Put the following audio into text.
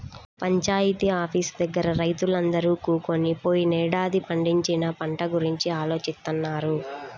panchayat office దగ్గర రైతులందరూ కూకొని పోయినేడాది పండించిన పంట గురించి ఆలోచిత్తన్నారు